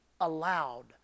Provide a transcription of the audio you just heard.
allowed